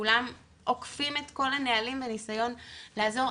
כולם עוקפים את כל הנהלים והניסיון לעזור.